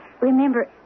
Remember